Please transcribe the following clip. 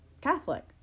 Catholic